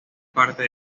parte